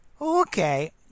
okay